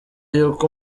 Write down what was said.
y’uko